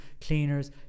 cleaners